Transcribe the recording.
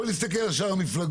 בוא נסתכל עכשיו על מפלגות.